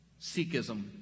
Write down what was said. Sikhism